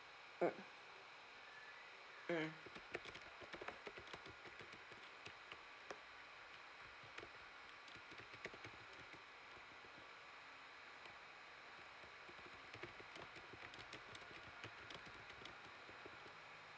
mm mm